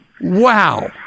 wow